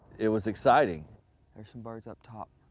it was exciting are some birds up top.